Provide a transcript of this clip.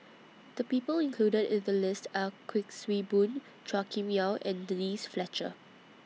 The People included in The list Are Kuik Swee Boon Chua Kim Yeow and Denise Fletcher